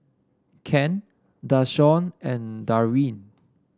Ken Dashawn and Darryn